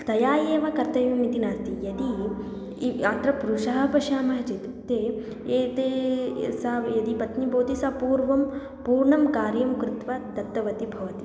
तया एव कर्तव्यमिति नास्ति यदि इ अत्र पुरुषाः पश्यामः चेत् ते एते सा यदि पत्नी भवति सा पूर्वं पूर्णं कार्यं कृत्वा दत्तवती भवति